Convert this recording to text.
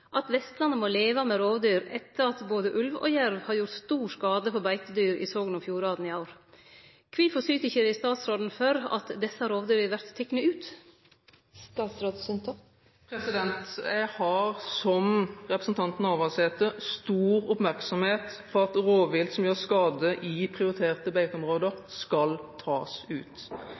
at Vestlandet må leve med rovdyr etter at både ulv og jerv har gjort stor skade på beitedyr i Sogn og Fjordane i år. Kvifor syter ikkje statsråden for at desse rovdyra vert tekne ut?» Jeg har, som representanten Navarsete, stor oppmerksomhet på at rovvilt som gjør skade i prioriterte beiteområder, skal tas ut.